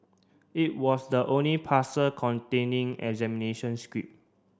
it was the only parcel containing examination script